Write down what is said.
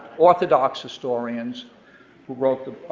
orthodox historians who wrote the,